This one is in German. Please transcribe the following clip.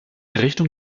richtung